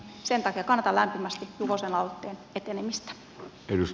sen takia kannatan lämpimästi juvosen aloitteen etenemistä